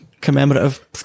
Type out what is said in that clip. commemorative